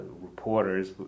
reporters